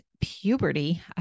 puberty